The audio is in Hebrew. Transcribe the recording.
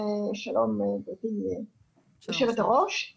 שלום ליושבת-ראש,